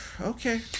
Okay